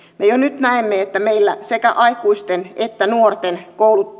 jo nyt näemme että meillä sekä aikuisten että nuorten